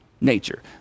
nature